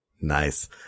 Nice